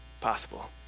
possible